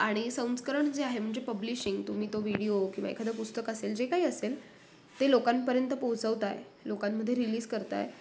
आणि संस्करण जे आहे म्हणजे पब्लिशिंग तुम्ही तो व्हिडिओ किंवा एखादं पुस्तक असेल जे काही असेल ते लोकांपर्यंत पोचवताय लोकांमध्ये रिलीज करताय